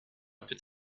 peut